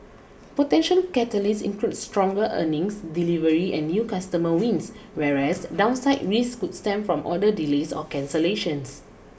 potential catalysts include stronger earnings delivery and new customer wins whereas downside risks could stem from order delays or cancellations